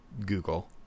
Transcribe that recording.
Google